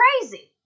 crazy